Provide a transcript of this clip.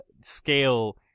scale